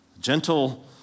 Gentle